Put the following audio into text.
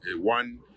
one